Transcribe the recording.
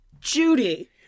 Judy